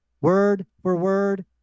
Word-for-word